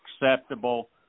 acceptable